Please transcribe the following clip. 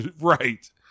Right